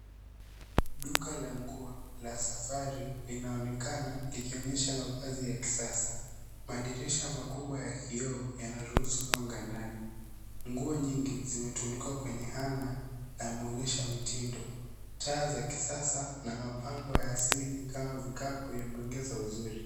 Duka la nguo la safari linaonekana likionyesha mavazi ya kisasa, madirisha makubwa ya kioo yanaruhusu mwanga ndani, nguo nyingi zimetundikwa kwenye Hanger na mwonyesha mitindo, taaya kisasa na mabampo ya asili kama vikapu yameongeza uzuri.